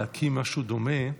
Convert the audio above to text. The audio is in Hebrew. להקים משהו דומה,